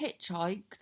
hitchhiked